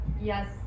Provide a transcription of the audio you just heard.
yes